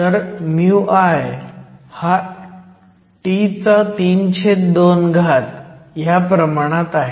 तर μI हा T32 च्या प्रमाणात आहे